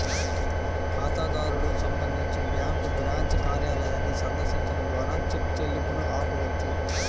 ఖాతాదారుడు సంబంధించి bank branch కార్యాలయాన్ని సందర్శించడం ద్వారా చెక్ చెల్లింపును ఆపవచ్చు